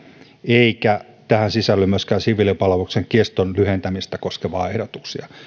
eikä tähän sisälly myöskään siviilipalveluksen keston lyhentämistä koskevia ehdotuksia